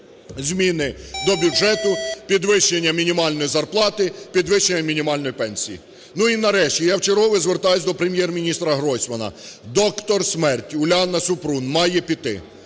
зміни до бюджету, підвищення мінімальної зарплати, підвищення мінімальної пенсії. Ну, і нарешті, я вчергове звертаюсь до Прем'єр-міністра Гройсмана, "доктор смерть" Уляна Супрун має піти.